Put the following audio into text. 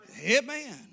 amen